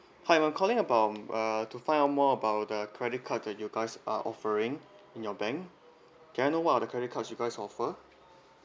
hi I'm calling about uh to find out more about the credit card that you guys are offering in your bank can I know what are the credit card you guys offer